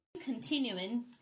Continuing